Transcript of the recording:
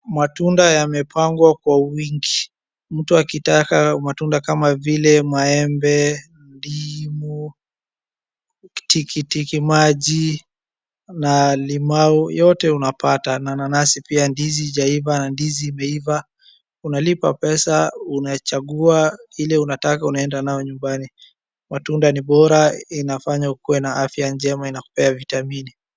Matunda yamepangwa kwa wingi. Mtu akitaka matunda kama vile maembe, ndimu, tikitiki maji na limau yote unapata. Na nanasi pia, ndizi haijaiva na ndizi imeiva. Unalipa pesa, unachagua ile unataka, unaenda nayo nyumbani. Matunda ni bora, inafanya ukuwe na afya njema, inakupea vitamini.